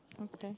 okay